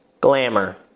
Glamour